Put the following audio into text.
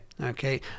okay